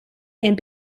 and